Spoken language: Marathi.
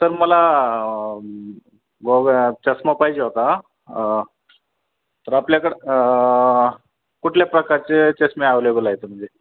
सर मला चष्मा पाहिजे होता तर आपल्याकडं कुठल्या प्रकारचे चष्मे ॲवलेबल आहेत म्हणजे